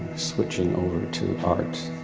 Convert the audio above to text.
switching over to art.